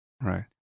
right